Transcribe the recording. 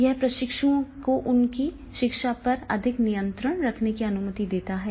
यह प्रशिक्षुओं को उनकी शिक्षा पर अधिक नियंत्रण रखने की अनुमति देता है